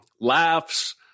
laughs